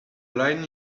line